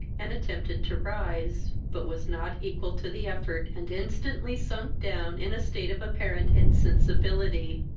and attempted to rise, but was not equal to the effort, and instantly sunk down in a state of apparent insensibility.